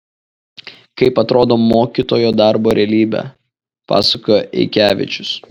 kaip atrodo mokytojo darbo realybė pasakojo eikevičius